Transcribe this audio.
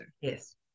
Yes